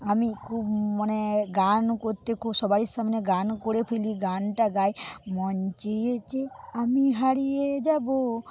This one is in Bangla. আমি খুব মনে গান করতে সবাই সামনে গান করে ফেলি গানটা গাই মন চেয়েছে আমি হারিয়ে যাবো